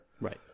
Right